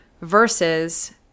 versus